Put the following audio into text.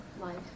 life